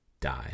die